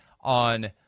on